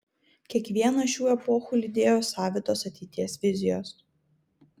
kiekvieną šių epochų lydėjo savitos ateities vizijos